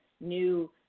new